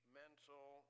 mental